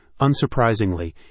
Unsurprisingly